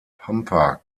pampa